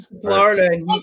Florida